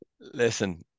Listen